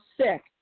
sick